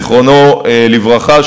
זיכרונו לברכה,